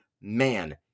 man